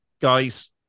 guys